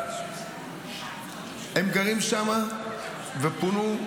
הם גרים שם ופונו,